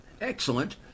excellent